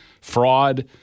fraud